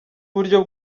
uburyo